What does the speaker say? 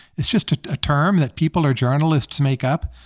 it's just a ah term that people or journalists make up.